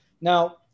Now